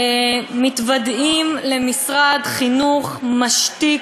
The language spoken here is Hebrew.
מתוודעים למשרד חינוך משתיק,